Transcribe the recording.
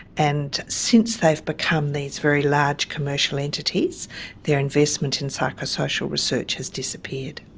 and since they've become these very large commercial entities their investment in psycho-social research has disappeared.